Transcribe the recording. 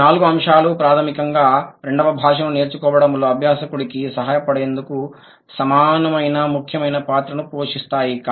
ఈ నాలుగు అంశాలు ప్రాథమికంగా రెండవ భాషను నేర్చుకోవడంలో అభ్యాసకుడికి సహాయపడేందుకు సమానమైన ముఖ్యమైన పాత్రను పోషిస్తాయి